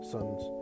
Son's